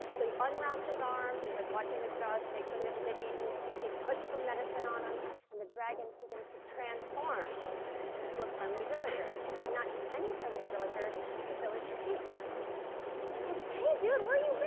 so he unwraps his arm he was like watching his jaws to make sure he doesn't get eaten he puts some medicine on him and the dragon begins to transform into a friendly villager and not just any friendly villager the village chief he said hey dude where you been